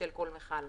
בשל כל מכל.